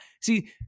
see